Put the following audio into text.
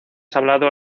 hablado